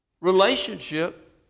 relationship